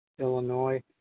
Illinois